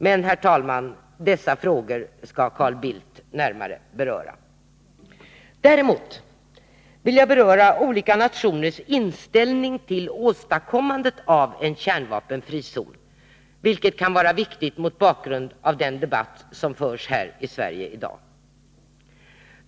Men, herr talman, dessa frågor skall Carl Bildt närmare beröra. Däremot vill jag beröra olika nationers inställning till åstadkommandet av en kärnvapenfri zon, vilket kan vara viktigt mot bakgrund av den debatt som förs här i Sverige i dag.